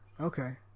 Okay